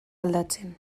aldatzen